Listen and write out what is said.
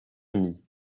amie